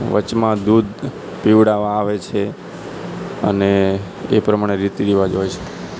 વચમાં દૂધ પીવડાવવા આવે છે અને એ પ્રમાણે રીતિ રિવાજ હોય છે